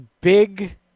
big